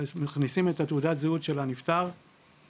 מכניסים את מספר תעודת הזהות של הנפטר ואז